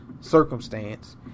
circumstance